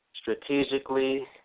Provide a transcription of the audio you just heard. strategically